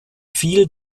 viel